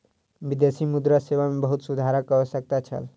विदेशी मुद्रा सेवा मे बहुत सुधारक आवश्यकता छल